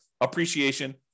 appreciation